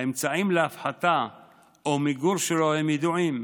האמצעים להפחתה או למיגור שלו ידועים: